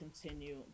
continue